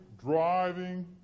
driving